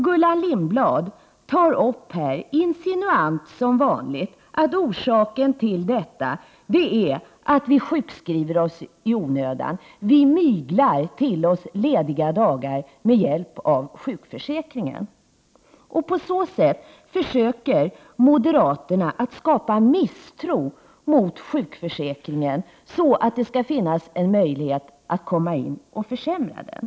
Gullan Lindblad påstår, insinuant som vanligt, att orsaken till detta är att vi sjukskriver oss i onödan — vi skulle mygla oss till lediga dagar med hjälp av sjukförsäkringen! På så sätt försöker moderaterna skapa misstro mot sjukförsäkringen, så att det skall finnas en möjlighet att komma in och försämra den.